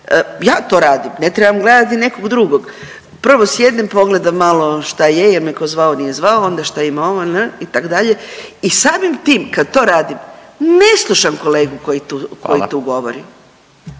ja to radim, ne trebam gledati nekog drugog, prvo sjednem i pogledam malo šta je, jel me ko zvao, nije zvao, onda šta ima ovo…/Govornik se ne razumije/…itd. i samim tim kad to radim ne slušam kolegu koji tu, koji